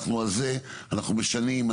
אנחנו משנים,